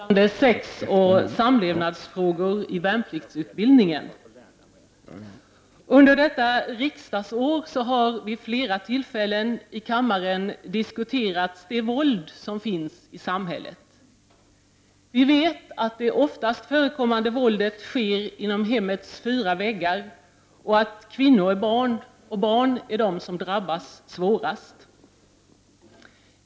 Herr talman! Jag har i detta ärende begärt ordet med anledning av den motion som några av oss socialdemokratiska kvinnoklubbister skrivit gällande sexoch samlevnadsfrågor i värnpliktsutbildningen. Under detta riksdagsår har vi vid flera tillfällen i denna kammare diskuterat det våld som finns i vårt samhälle. Vi vet att det oftast förekommande våldet sker inom hemmets fyra väggar och att kvinnor och barn är de som drabbas svårast.